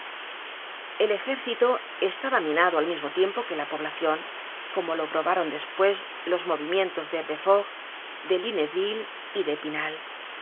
el ejército estaba minado al mismo tiempo que la poblacion como lo probaron despues los movimientos de befort de lunneville y de epinal